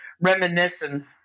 reminiscing